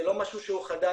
זה לא משהו שהוא חדש,